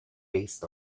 based